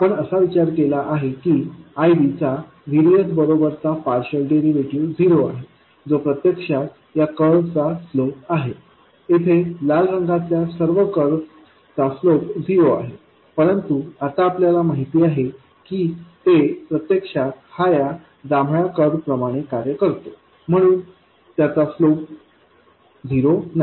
आपण असा विचार केला आहे की IDचा V DS बरोबर चा पार्षल डेरिव्हेटिव्ह झिरो आहे जो प्रत्यक्षात या कर्व चा स्लोप आहे येथे लाल रंगातल्या कर्व चा स्लोप झिरो आहे परंतु आता आपल्याला माहित आहे की ते प्रत्यक्षात हा या जांभळ्या कर्व प्रमाणे कार्य करतो म्हणून त्याचा स्लोप झिरो नाही